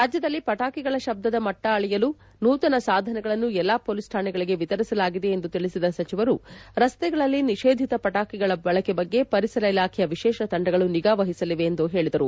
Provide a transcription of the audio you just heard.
ರಾಜ್ದದಲ್ಲಿ ಪಟಾಕಿಗಳ ಶಬ್ದದ ಮಟ್ಟ ಅಳೆಯಲು ನೂತನ ಸಾಧನಗಳನ್ನು ಎಲ್ಲಾ ಪೊಲೀಸ್ ಠಾಣೆಗಳಿಗೆ ವಿತರಿಸಲಾಗಿದೆ ಎಂದು ತಿಳಿಸಿದ ಸಚಿವರು ರಸ್ತೆಗಳಲ್ಲಿ ನಿಷೇಧಿತ ಪಟಾಕಿಗಳ ಬಳಕೆ ಬಗ್ಗೆ ಪರಿಸರ ಇಲಾಖೆಯ ವಿಶೇಷ ತಂಡಗಳು ನಿಗಾ ವಹಿಸಲಿವೆ ಎಂದು ಹೇಳಿದರು